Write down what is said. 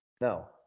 No